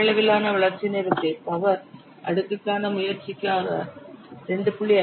பெயரளவிலான வளர்ச்சி நேரத்தை பவர் அடுக்குக்கான முயற்சியாக 2